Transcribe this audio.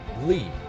Lee